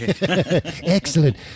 Excellent